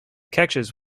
catches